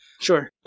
Sure